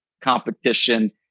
competition